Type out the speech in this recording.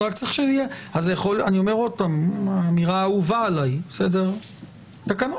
אני אומר שוב - אמירה אהובה עלי - תקנות.